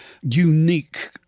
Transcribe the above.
unique